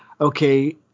Okay